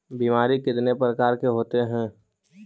बीमारी कितने प्रकार के होते हैं?